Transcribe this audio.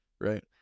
right